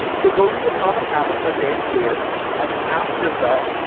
so go read atomic habits by james clear and then ask yourself.